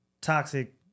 toxic